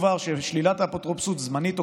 הובהר ששלילת אפוטרופסות זמנית או